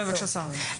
כן בבקשה, שרה.